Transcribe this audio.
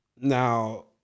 Now